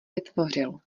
vytvořil